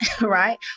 right